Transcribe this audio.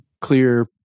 clear